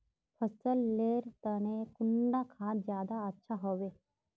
फसल लेर तने कुंडा खाद ज्यादा अच्छा हेवै?